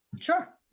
Sure